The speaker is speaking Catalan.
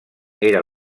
era